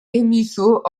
émissions